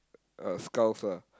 uh skulls lah